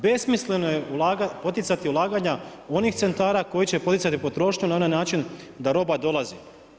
Besmisleno je poticati ulaganja onih centara koji će poticati potrošnju na onaj način da roba dolazi.